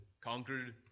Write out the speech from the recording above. conquered